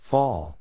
Fall